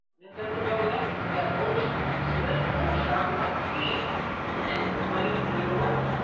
and it doesn't go next to that bull shark. so that bull shark might be ten, twenty feet away,